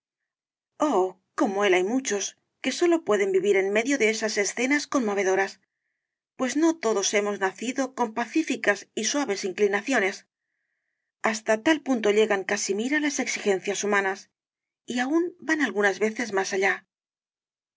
como él hay muchos que sólo pueden vivir en medio de esas escenas conmovedoras pues no todos hemos nacido con pacíficas y suaves inclinaciones hasta tal punto llegan casimira las exigencias humanas y aun van algunas veces más allá